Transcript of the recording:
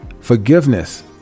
forgiveness